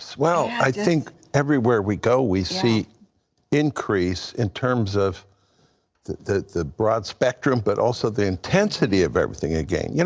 well, i think everywhere we go, we see increase in terms of the the broad spectrum, and but also the intensity of everything again. yeah